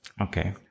Okay